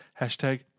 Hashtag